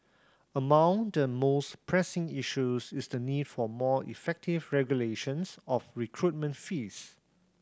among the most pressing issues is the need for more effective regulations of recruitment fees